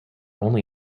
only